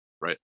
right